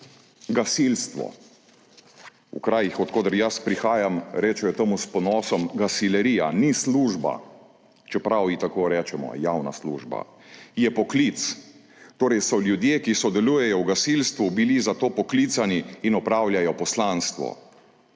Gasilstvo. V krajih, od koder jaz prihajam, rečejo s ponosom, da gasilerija ni služba – čeprav ji tako rečemo, javna služba – je poklic. Torej so bili ljudje, ki sodelujejo v gasilstvu, za to poklicani in opravljajo poslanstvo.